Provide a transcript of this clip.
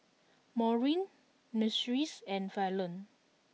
Maureen Myrtis and Fallon